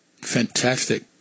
Fantastic